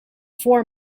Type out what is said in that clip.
four